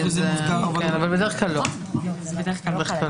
זה החומר שהוא הכין, שהחומר הזה מבוקש.